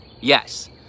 Yes